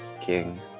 King